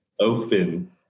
open